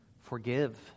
forgive